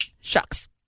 shucks